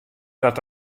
dat